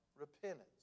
Repentance